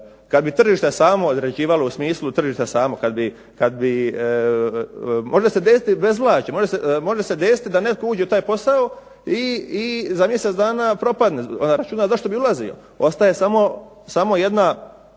Kad bi tržište samo određivalo u smislu tržište samo kad bi, može se desiti …/Ne razumije se./…, može se desiti da netko uđe u taj posao i za mjesec dana propadne, onda računa zašto bi ulazio. Ostaje samo jedna